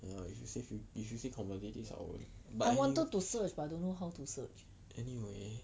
!aiya! if you say fu~ if you say commodities I will but anyway